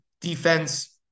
defense